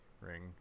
ring